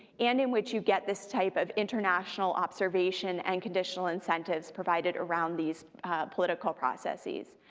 and in which you get this type of international observation and conditional incentives provided around these political processes,